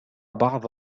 بعض